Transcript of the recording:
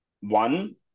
One